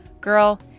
Girl